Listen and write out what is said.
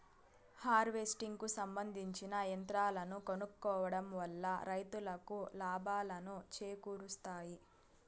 harvesting కు సంబందించిన యంత్రాలను కొనుక్కోవడం వల్ల రైతులకు లాభాలను చేకూరుస్తాయి